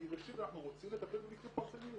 כי ראשית אנחנו רוצים לטפל במקרים פרטניים.